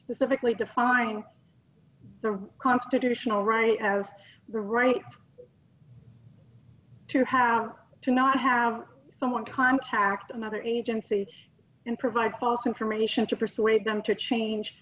specifically define the constitutional right have the right to have to not have someone contact another agency and provide false information to persuade them to change